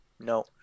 No